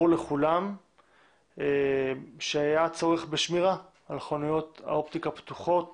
ברור לכולם שהיה צורך בשמירה על חנויות האופטיקה פתוחות